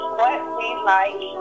whatwelike